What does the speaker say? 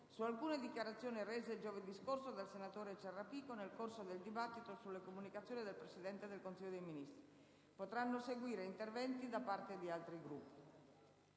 su alcune dichiarazioni rese giovedì scorso dal senatore Ciarrapico nel corso del dibattito sulle comunicazioni del Presidente del Consiglio dei ministri. Potranno seguire interventi da parte di altri Gruppi.